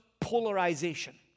polarization